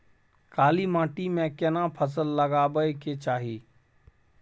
काला माटी में केना फसल लगाबै के चाही?